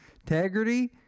integrity